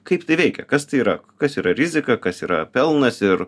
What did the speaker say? kaip tai veikia kas tai yra kas yra rizika kas yra pelnas ir